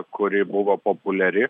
kuri buvo populiari